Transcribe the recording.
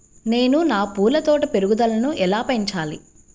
నేను నా పూల తోట పెరుగుదలను ఎలా పెంచాలి?